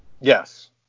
Yes